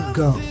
go